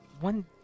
one